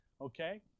okay